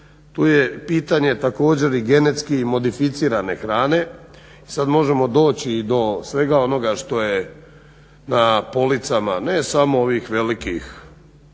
Tu je pitanje također i genetski modificirane hrane i sad možemo doći i do svega onoga što je na policama, ne samo ovih velikih